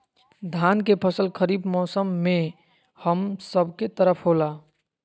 धान के फसल खरीफ मौसम में हम सब के तरफ होला